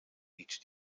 each